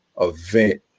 event